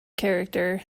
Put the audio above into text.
character